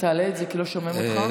תעלה את זה כי לא שומעים אותך.